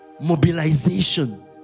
Mobilization